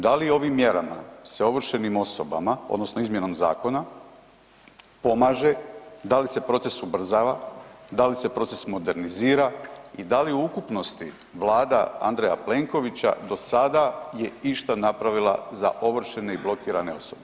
Da li ovim mjerama se ovršenim osobama odnosno izmjenom zakona pomaže, da li se proces ubrzava, da li se proces modernizira i da li u ukupnosti Vlada Andreja Plenkovića do sada je išta napravila za ovršene i blokirane osobe?